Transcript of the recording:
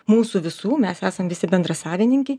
mūsų visų mes esam visi bendrasavininkiai